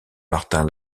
martin